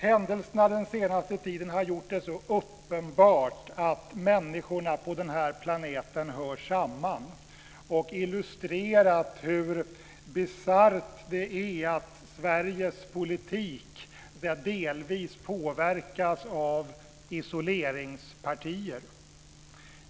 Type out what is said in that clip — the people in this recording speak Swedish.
Händelserna den senaste tiden har gjort det så uppenbart att människorna på den här planeten hör samman, och händelserna har illustrerat hur bisarrt det är att Sveriges politik delvis påverkas av isoleringspartier.